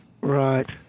Right